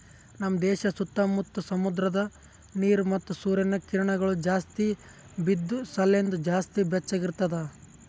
ನಮ್ ದೇಶ ಸುತ್ತಾ ಮುತ್ತಾ ಸಮುದ್ರದ ನೀರ ಮತ್ತ ಸೂರ್ಯನ ಕಿರಣಗೊಳ್ ಜಾಸ್ತಿ ಬಿದ್ದು ಸಲೆಂದ್ ಜಾಸ್ತಿ ಬೆಚ್ಚಗ ಇರ್ತದ